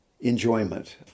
enjoyment